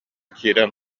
киирэн